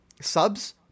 subs